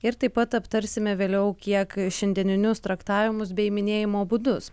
ir taip pat aptarsime vėliau kiek šiandieninius traktavimus bei minėjimo būdus